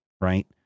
Right